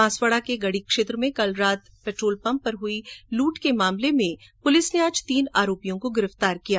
बांसवाड़ा के गढ़ी क्षेत्र में कल रात एक पेट्रोल पम्प पर हुई लूट के मामले में पुलिस ने आज तीन आरोपियों को गिरफुतार कर लिया